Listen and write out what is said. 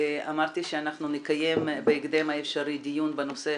שאנחנו נקיים בהקדם האפשרי דיון בנושא